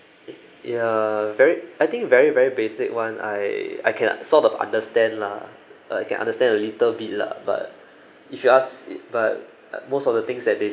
ya very I think very very basic one I I can sort of understand lah I can understand a little bit lah but if you ask it but most of the things that they